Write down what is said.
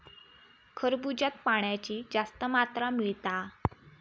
खरबूज्यात पाण्याची जास्त मात्रा मिळता